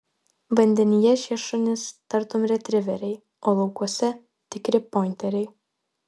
vandenyje šie šunys tartum retriveriai o laukuose tikri pointeriai